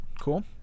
cool